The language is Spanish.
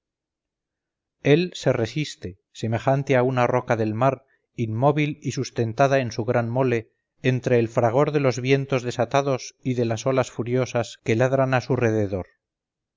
el se resiste semejante a una roca del mar inmóvil y sustentada en su gran mole entre el fragor de los vientos desatados y de las olas furiosas que ladran a su rededor